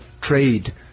trade